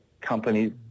companies